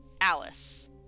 Alice